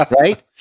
right